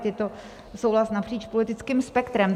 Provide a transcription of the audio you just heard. Je to souhlas napříč politickým spektrem.